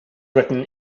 written